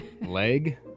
Leg